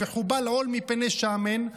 וחובל עול מפני שמן.